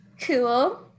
cool